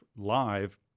live